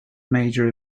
major